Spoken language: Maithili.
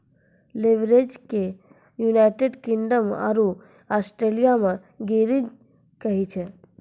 लीवरेज के यूनाइटेड किंगडम आरो ऑस्ट्रलिया मे गियरिंग कहै छै